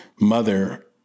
mother